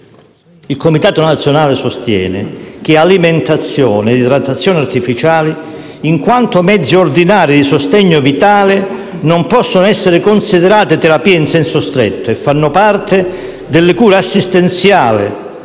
Il Comitato nazionale di bioetica sostiene che alimentazione e idratazione artificiali, in quanto mezzi ordinari di sostegno vitale, non possono essere considerati terapie in senso stretto e fanno parte delle cure assistenziali